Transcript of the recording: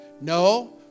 No